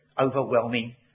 overwhelming